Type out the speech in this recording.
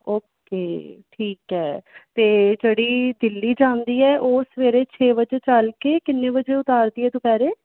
okay ਠੀਕ ਹੈ ਅਤੇ ਜਿਹੜੀ ਦਿੱਲੀ ਜਾਂਦੀ ਹੈ ਉਹ ਸਵੇਰੇ ਛੇ ਵਜੇ ਚੱਲ ਕੇ ਕਿੰਨੇ ਵਜੇ ਉਤਾਰਦੀ ਹੈ ਦੁਪਹਿਰੇ